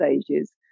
stages